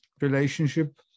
relationship